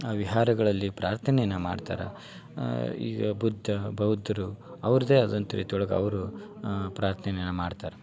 ವಿಹಾರಗಳಲ್ಲಿ ಪ್ರಾರ್ಥನೆಯನ್ನು ಮಾಡ್ತಾರೆ ಈಗ ಬುದ್ಧ ಬೌದ್ಧರು ಅವ್ರದ್ದೇ ಆದಂಥ ರೀತಿ ಒಳಗೆ ಅವರು ಪ್ರಾರ್ಥನೆಯನ್ನು ಮಾಡ್ತಾರೆ